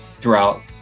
throughout